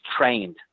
trained